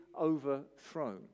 overthrown